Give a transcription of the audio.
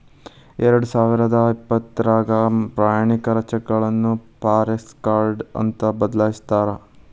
ಎರಡಸಾವಿರದ ಇಪ್ಪತ್ರಾಗ ಪ್ರಯಾಣಿಕರ ಚೆಕ್ಗಳನ್ನ ಫಾರೆಕ್ಸ ಕಾರ್ಡ್ ಅಂತ ಬದಲಾಯ್ಸ್ಯಾರ